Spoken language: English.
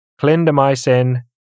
clindamycin